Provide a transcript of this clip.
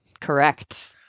Correct